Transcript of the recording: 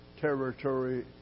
territory